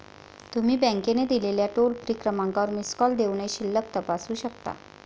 तुम्ही बँकेने दिलेल्या टोल फ्री क्रमांकावर मिस कॉल देऊनही शिल्लक तपासू शकता